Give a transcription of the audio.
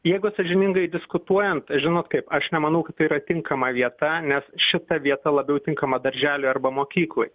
jeigu sąžiningai diskutuojant žinot kaip aš nemanau kad yra tinkama vieta nes šita vieta labiau tinkama darželiui arba mokyklai